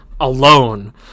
alone